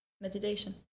meditation